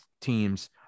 teams